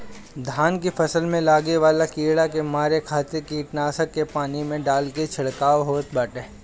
धान के फसल में लागे वाला कीड़ा के मारे खातिर कीटनाशक के पानी में डाल के छिड़काव होत बाटे